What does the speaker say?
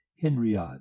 henriade